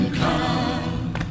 come